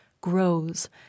grows